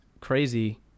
crazy